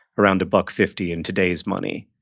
around a buck fifty in today's money.